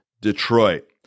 Detroit